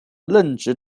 任职